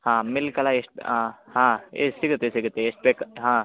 ಹಾಂ ಮಿಲ್ಕಲ್ಲ ಎಷ್ಟು ಆಂ ಹಾಂ ಎಷ್ಟ್ ಸಿಗುತ್ತೆ ಸಿಗುತ್ತೆ ಎಷ್ಟು ಬೇಕು ಹಾಂ